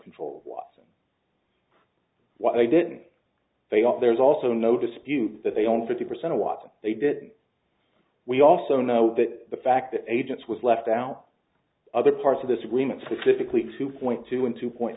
control wasn't why didn't they also there's also no dispute that they own fifty percent of what they did we also know that the fact that agents was left out other parts of this agreement specifically to point to him two point